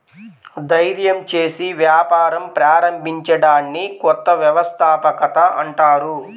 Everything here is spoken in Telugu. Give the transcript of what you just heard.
ధైర్యం చేసి వ్యాపారం ప్రారంభించడాన్ని కొత్త వ్యవస్థాపకత అంటారు